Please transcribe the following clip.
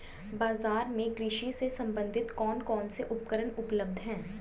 बाजार में कृषि से संबंधित कौन कौन से उपकरण उपलब्ध है?